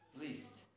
Least